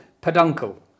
peduncle